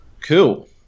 Cool